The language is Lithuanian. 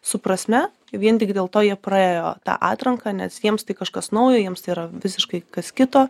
su prasme vien tik dėl to jie praėjo tą atranką nes jiems tai kažkas naujo jiems yra visiškai kas kito